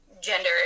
gender